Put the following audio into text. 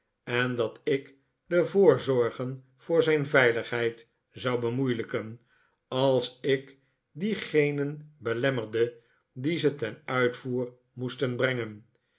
en dat ik de voorzorgen voor zijn veiligheid zou bemoeilijken als ik diegenen belemmerde die ze ten uitvoer moesten brengen